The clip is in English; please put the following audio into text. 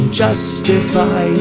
justify